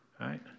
Right